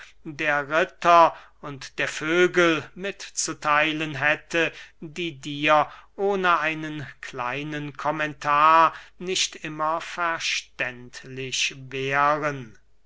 der ritter und der vögel mitzutheilen hätte die dir ohne einen kleinen kommentar nicht immer verständlich wären